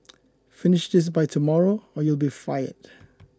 finish this by tomorrow or else you'll be fired